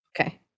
Okay